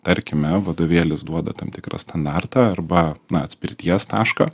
tarkime vadovėlis duoda tam tikrą standartą arba na atspirties tašką